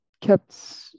kept